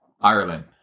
Ireland